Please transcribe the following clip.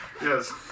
Yes